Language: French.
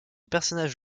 personnage